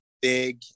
big